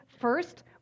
first